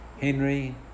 Henry